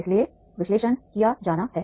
इसलिए विश्लेषण किया जाना है